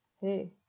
Hey